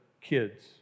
kids